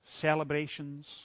celebrations